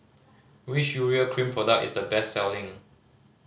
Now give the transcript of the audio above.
which Urea Cream product is the best selling